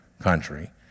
country